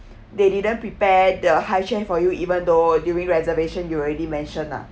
they didn't prepare the high chair for you even though during reservation you already mention uh